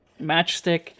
Matchstick